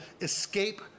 escape